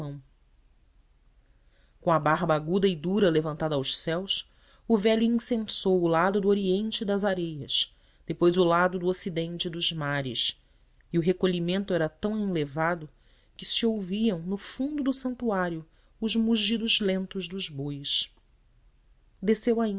salomão com a barba aguda e dura levantada aos céus o velho incensou o lado do oriente e das areias depois o lado do ocidente e dos mares e o recolhimento era tão enlevado que se ouviam no fundo do santuário os mugidos lentos dos bois desceu